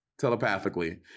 telepathically